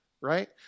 Right